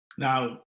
Now